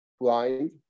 blind